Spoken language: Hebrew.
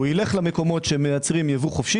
הוא ילך למקומות שמייצרים ייבוא חופשי